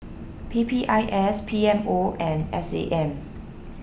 P P I S P M O and S A M